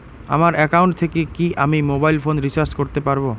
আমার একাউন্ট থেকে কি আমি মোবাইল ফোন রিসার্চ করতে পারবো?